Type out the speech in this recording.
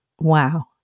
wow